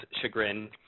chagrin